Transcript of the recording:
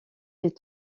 est